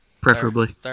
preferably